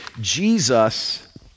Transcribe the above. Jesus